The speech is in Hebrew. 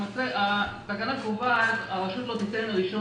התקנה קובעת שהרשות לא תיתן רישיון